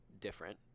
different